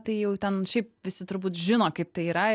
tai jau ten šiaip visi turbūt žino kaip tai yra